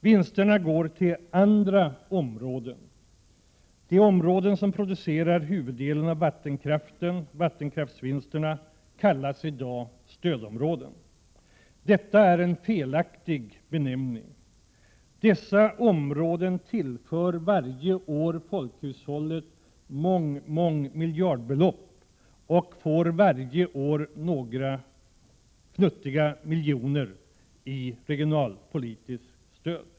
Vinsterna går till andra områden, De områden som producerar huvuddelen av vattenkraften/vattenkraftsvinsterna kallas i dag stödområden. Detta är en felaktig benämning. Dessa områden tillför varje år folkhushållet mång-mångmiljardbelopp och får några futtiga miljoner i regionalpolitiskt stöd.